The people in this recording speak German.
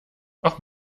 auch